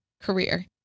career